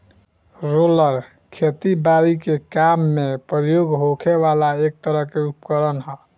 roller खेती बारी के काम में प्रयोग होखे वाला एक तरह के उपकरण ह